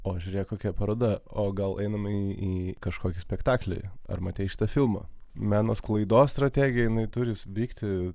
o žiūrėk kokia paroda o gal einame į kažkokį spektaklį ar matei šitą filmą meno sklaidos strategija jinai turi vykti